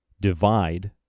divide